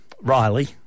Riley